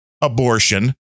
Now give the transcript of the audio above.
abortion